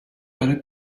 better